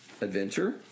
adventure